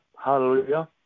Hallelujah